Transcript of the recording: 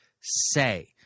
say